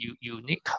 unique